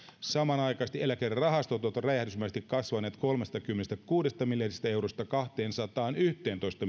samanaikaisesti eläkerahastot ovat räjähdysmäisesti kasvaneet kolmestakymmenestäkuudesta miljardista eurosta kahteensataanyhteentoista